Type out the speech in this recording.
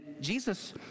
Jesus